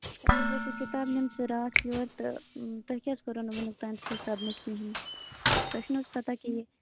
تۄہہ حظ ٲسوٕ کِتابہٕ نِمژٕ رات یور تہٕ تۄہہِ کیٛازِ کٔروٕ نہٕ ونیُکتام سُہ سَبمِٹ کِہیٖنٛۍ تۄہہِ چھُ نہٕ حظ پَتاہ کہِ